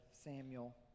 Samuel